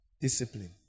Discipline